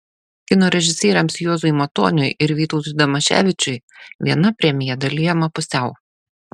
kino režisieriams juozui matoniui ir vytautui damaševičiui viena premija dalijama pusiau